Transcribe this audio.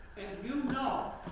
and you know